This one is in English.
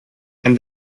and